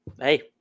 hey